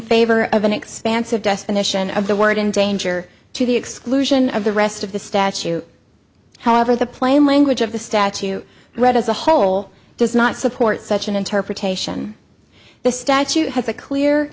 favor of an expansive definition of the word in danger to the exclusion of the rest of the statue however the plain language of the statue read as a whole does not support such an interpretation the statute has a clear